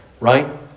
right